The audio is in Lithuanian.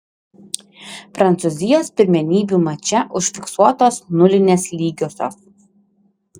prancūzijos pirmenybių mače užfiksuotos nulinės lygiosios